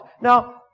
Now